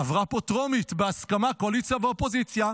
היא עברה פה בטרומית בהסכמת קואליציה ואופוזיציה,